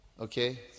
Okay